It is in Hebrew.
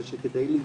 זה שכדי להשתפר,